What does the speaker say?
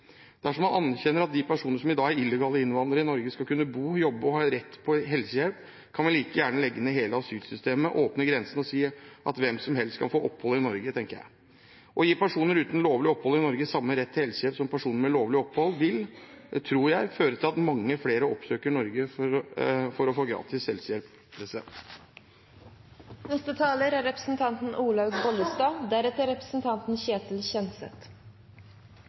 Dersom man anerkjenner at de personer som i dag er illegale innvandrere i Norge, skal kunne bo, jobbe og ha rett på helsehjelp, kan vi like gjerne legge ned hele asylsystemet, åpne grensene og si at hvem som helst kan få opphold i Norge, tenker jeg. Å gi personer uten lovlig opphold i Norge samme rett til helsehjelp som personer med lovlig opphold vil, tror jeg, føre til at mange flere oppsøker Norge for å få gratis helsehjelp. Jeg vet ikke om de som lever papirløst i Norge, opplever at de bor i verdens lykkeligste land. Papirløse migranter er